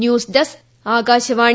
news desk Akashvani